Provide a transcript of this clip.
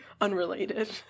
Unrelated